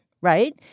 Right